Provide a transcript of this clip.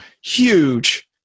huge –